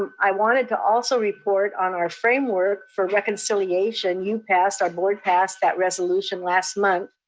um i wanted to also report on our framework for reconciliation. you passed, our board passed that resolution last month.